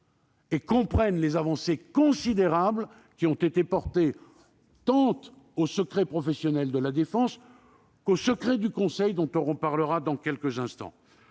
Ils comprennent les avancées considérables qui ont été apportées tant au secret professionnel de la défense qu'au secret du conseil, dont nous parlerons dans quelques instants.